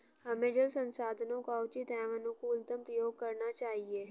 हमें जल संसाधनों का उचित एवं अनुकूलतम प्रयोग करना चाहिए